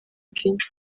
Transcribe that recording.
kenya